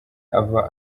ava